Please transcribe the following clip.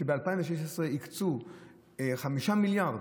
שב-2016 הקצו 5 מיליארד,